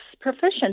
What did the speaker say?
proficient